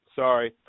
sorry